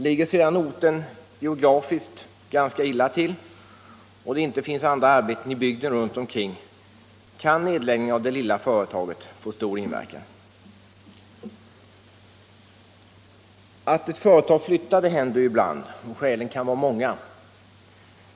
Ligger sedan orten geografiskt ganska illa till och det inte finns andra arbeten i bygden runt omkring kan nedläggningen av det lilla företaget få stor inverkan. Att ett företag flyttar händer ju ibland, och skälen kan vara många.